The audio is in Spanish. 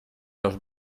los